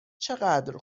چقدر